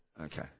Okay